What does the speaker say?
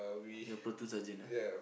ya platoon sergeant ah